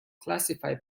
classify